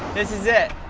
this is it.